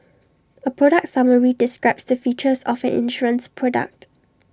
A product summary describes the features of an insurance product